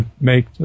make